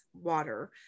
water